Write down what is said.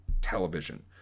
television